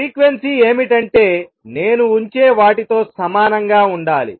frequency ఏమిటంటే నేను ఉంచే వాటితో సమానంగా ఉండాలి